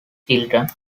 children